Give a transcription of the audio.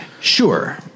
Sure